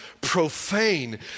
profane